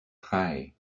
drei